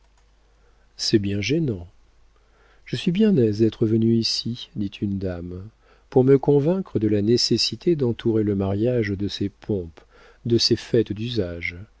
c'est bien gênant je suis bien aise d'être venue ici dit une dame pour me convaincre de la nécessité d'entourer le mariage de ses pompes de ses fêtes d'usage